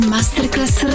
Masterclass